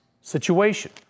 situation